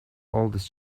oldest